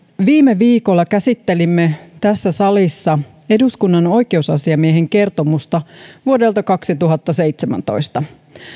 viime viikolla käsittelimme tässä salissa eduskunnan oikeusasiamiehen kertomusta vuodelta kaksituhattaseitsemäntoista